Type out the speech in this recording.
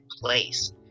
place